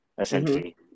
essentially